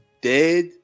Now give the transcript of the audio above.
dead